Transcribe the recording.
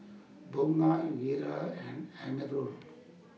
Bunga Wira and Amirul